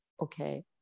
okay